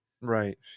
right